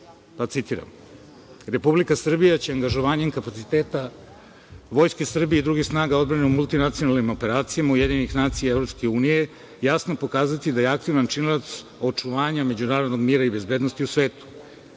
pa citiram: „Republika Srbija angažovanjem kapaciteta Vojske Srbije i drugih snaga, odbranom i multinacionalnim operacijama UN EU jasno pokazati da je aktivan činilac očuvanja međunarodnog mira i bezbednosti u svetu.